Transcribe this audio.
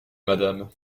madame